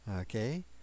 okay